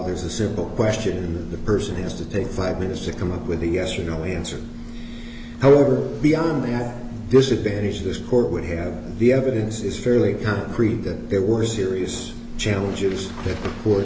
there's a simple question the person has to take five minutes to come up with a yes or no answer however beyond the disadvantage this court would have the evidence is fairly concrete that there were serious challenges